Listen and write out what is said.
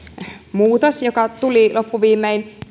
muutos joka tuli loppuviimein